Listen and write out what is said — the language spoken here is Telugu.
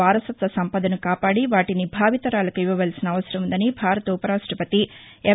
వారసత్వ సంపదను కాపాడి వాటిని భావితరాలకు ఇవ్వాల్సిన అవసరముందని భారత ఉప రాష్టపతి ఎం